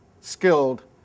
skilled